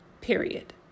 Period